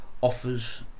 offers